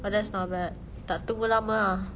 ah that's not bad tak tunggu lama ah